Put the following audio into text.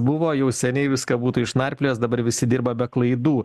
buvo jau seniai viską būtų išnarpliojęs dabar visi dirba be klaidų